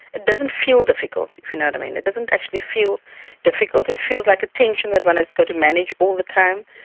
it doesn't feel difficult, if you know what i mean, it doesn't actually feel difficult, it feels like a tension that one has got to manage all the time,